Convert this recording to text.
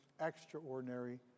extraordinary